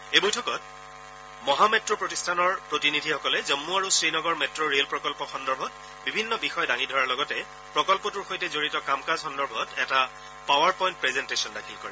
এই বৈঠকত মহা মেট্ প্ৰতিষ্ঠানৰ প্ৰতিনিধিসকলে জম্মু আৰু শ্ৰীনগৰ মেট্ ৰে'ল প্ৰকল্প সন্দৰ্ভত বিভিন্ন বিষয় দাঙি ধৰাৰ লগতে প্ৰকল্পটোৰ সৈতে জড়িত কাম কাজ সন্দৰ্ভত এটা পাৱাৰ পইণ্ট প্ৰেজেণ্টেচন দাখিল কৰে